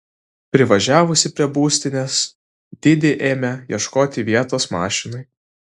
privažiavusi prie būstinės didi ėmė ieškoti vietos mašinai